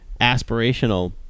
aspirational